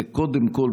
קודם כול,